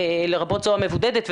לרבות זו המבודדת,